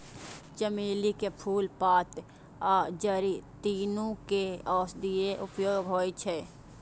चमेली के फूल, पात आ जड़ि, तीनू के औषधीय उपयोग होइ छै